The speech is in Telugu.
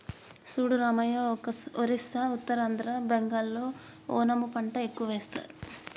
చూడు రామయ్య ఒరిస్సా ఉత్తరాంధ్ర బెంగాల్లో ఓనము పంట ఎక్కువ వేస్తారు